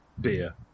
beer